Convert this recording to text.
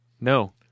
No